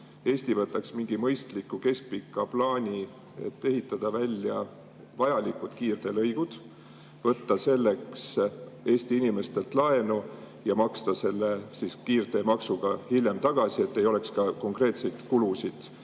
Eesti võtaks mingi mõistliku keskpika plaani ehitada välja vajalikud kiirteelõigud, võtta selleks Eesti inimestelt laenu ja maksta see kiirteemaksu abil hiljem tagasi. Siis ei oleks konkreetseid